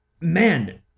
man